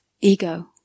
ego